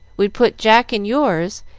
we'd put jack in yours,